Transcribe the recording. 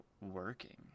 working